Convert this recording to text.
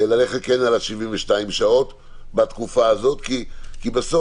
ללכת כן על ה-72 שעות בתקופה הזאת כי בסוף,